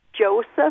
Joseph